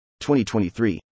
2023